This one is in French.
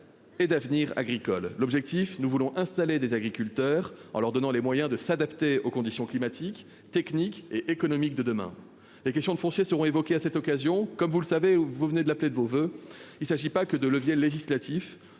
Et d'avenir agricole. L'objectif, nous voulons installer des agriculteurs en leur donnant les moyens de s'adapter aux conditions climatiques techniques et économiques de demain. Et question de foncier seront évoqués à cette occasion, comme vous le savez ou vous venez de l'appeler de vos voeux. Il s'agit pas que de leviers législatifs.